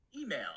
email